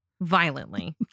violently